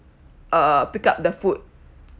uh pick up the food